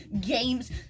games